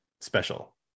special